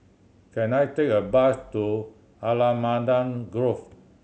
can I take a bus to Allamanda Grove